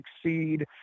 succeed